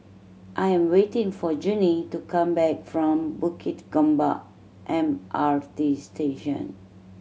I am waiting for Junie to come back from Bukit Gombak M R T Station